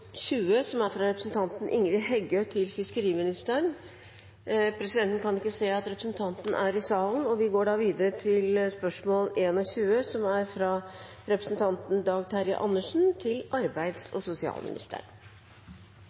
fra representanten Ingrid Heggø til fiskeriministeren. Presidenten kan ikke se at representanten Heggø er i salen, og vi går da videre til spørsmål 21. Jeg tillater meg å stille følgende spørsmål til arbeids- og sosialministeren: